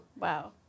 Wow